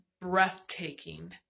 breathtaking